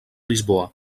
lisboa